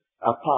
apart